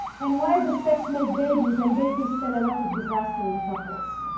and why does sex make babies, and babies spell erotic disaster in couples?